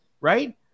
right